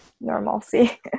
normalcy